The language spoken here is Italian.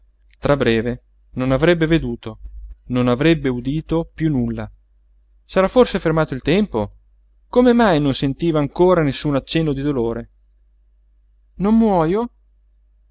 tra breve non avrebbe veduto non avrebbe udito piú nulla s'era forse fermato il tempo come mai non sentiva ancora nessun accenno di dolore non muojo